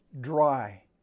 dry